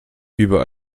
über